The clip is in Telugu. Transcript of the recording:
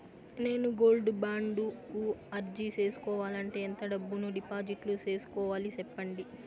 నేను గోల్డ్ బాండు కు అర్జీ సేసుకోవాలంటే ఎంత డబ్బును డిపాజిట్లు సేసుకోవాలి సెప్పండి